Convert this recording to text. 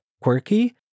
quirky